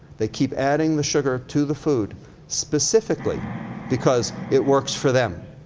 they keep adding the sugar to the food specifically because it works for them.